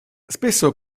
spesso